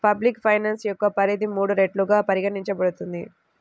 public finance యొక్క పరిధి మూడు రెట్లుగా పరిగణించబడుతుంది